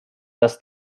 dass